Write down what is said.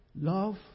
Love